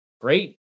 Great